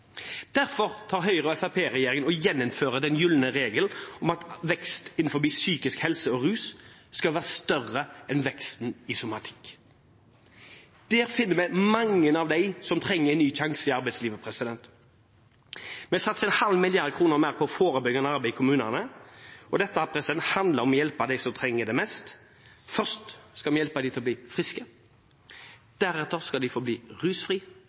Derfor gjeninnfører Høyre–Fremskrittsparti-regjeringen den gylne regel om at vekst innenfor psykisk helse og rus skal være større enn veksten i somatikk. Der finner vi mange av dem som trenger en ny sjanse i arbeidslivet. Vi satser 0,5 mrd. kr mer på forebyggende arbeid i kommunene. Dette handler om å hjelpe dem som trenger det mest. Først skal vi hjelpe dem til å bli friske, deretter skal de